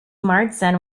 marsden